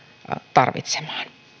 tarvitsemaan arvoisa